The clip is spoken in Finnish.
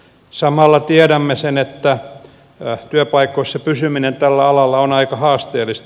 samalla tiedämme että työpaikoissa pysyminen tällä alalla on aika haasteellista